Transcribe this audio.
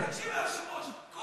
תקשיב, היושב-ראש.